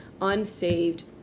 unsaved